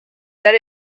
that